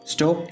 Stop